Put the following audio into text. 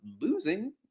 losing